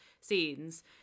scenes